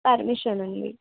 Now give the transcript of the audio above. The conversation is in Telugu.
పర్మిషన్ ఉంది